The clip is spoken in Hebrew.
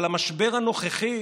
אבל המשבר הנוכחי